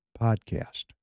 podcast